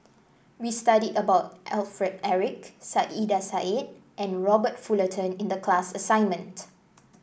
we studied about Alfred Eric Saiedah Said and Robert Fullerton in the class assignment